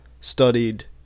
studied